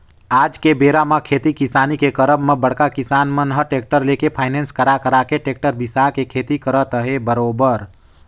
आज के बेरा म खेती किसानी के करब म बड़का किसान मन ह टेक्टर लेके फायनेंस करा करा के टेक्टर बिसा के खेती करत अहे बरोबर